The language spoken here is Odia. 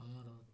ଆମର